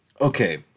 Okay